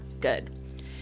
good